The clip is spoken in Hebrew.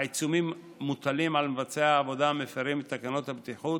העיצומים מוטלים על מבצעי העבודה המפירים את תקנות הבטיחות